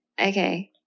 okay